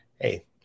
hey